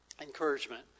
Encouragement